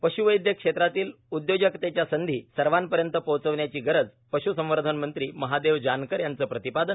पश्वैद्यक क्षेत्रातील उद्योजकतेच्या संधी सर्वापर्यंत पोहोचवण्याची गरज पश्संवर्धन मंत्री महादेव जानकर यांचं प्रतिपादन